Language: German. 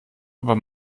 aber